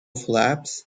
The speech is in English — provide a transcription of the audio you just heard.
flaps